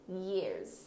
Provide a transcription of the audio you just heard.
years